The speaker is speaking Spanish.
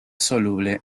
soluble